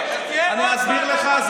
אני אסביר לך.